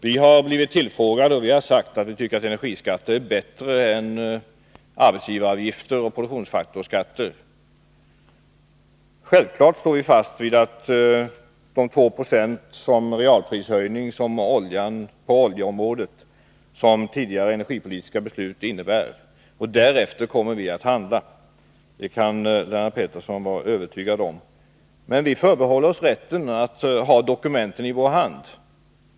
Vi har blivit tillfrågade, och vi har sagt att vi tycker att en energiskatt är bättre än arbetsgivaravgifter och produktionsfaktorsskatter. Självfallet står vi fast vid de 2 90 i realprishöjning på oljeområdet som tidigare energipolitiska beslut innebär, och vi kommer att handla därefter; det kan Lennart Pettersson vara övertygad om. Men vi förbehåller oss rätten att ha dokumenten i vår hand.